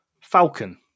falcon